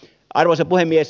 arvoisa puhemies